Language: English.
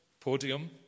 podium